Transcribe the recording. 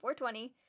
420